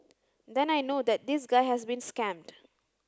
then I know that this guy has been scammed